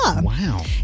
Wow